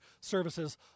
services